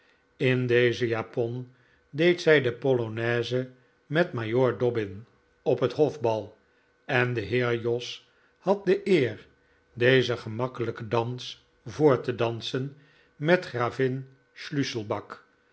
in deze japon deed zij de polonaise met majoor dobbin op het hofbal en de heer jos had de eer dezen gemakkelijken dans voor te dansen met gravin schliisselback